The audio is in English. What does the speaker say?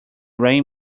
rain